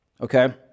okay